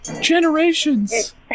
Generations